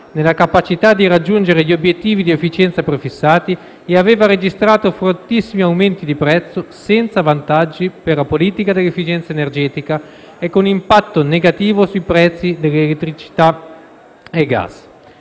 nella capacità di raggiungere gli obiettivi di efficienza prefissati e aveva registrato fortissimi aumenti di prezzo, senza vantaggi per la politica dell'efficienza energetica e con un impatto negativo sui prezzi dell'energia elettrica e gas.